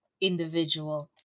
individual